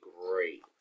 great